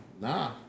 nah